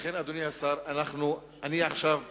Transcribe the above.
לכן, אדוני השר, אני עכשיו חודשיים,